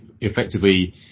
effectively